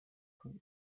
کنید